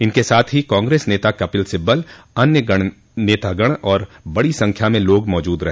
इनके साथ ही कांग्रेस नेता कपिल सिब्बल अन्य नेतागण और बड़ी संख्या में लोग मौजूद रहे